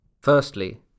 Firstly